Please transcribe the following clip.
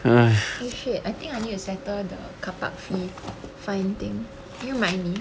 eh shit I think I need to settle the carpark fee fine thing can you remind me